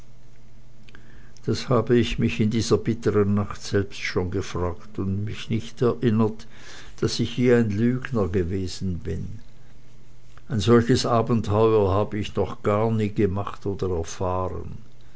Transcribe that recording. das habe ich mich in dieser bitteren nacht selbst schon gefragt und mich nicht erinnert daß ich je ein lügner gewesen bin ein solches abenteuer habe ich noch gar nie gemacht oder erfahren